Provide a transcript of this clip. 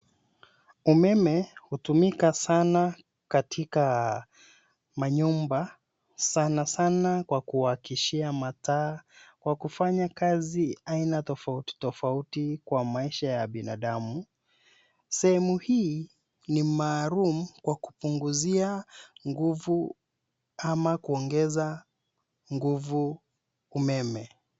Umeme hutumika sana katika manyumba sana sana kwa kuwakishia mataa, kwa kufanya kazi aina tofauti tofauti kwa maisha ya binadamu. Sehemu hii ni maalum kwa kupunguzia nguvu ama kuongeza nguvu umeme.